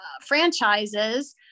franchises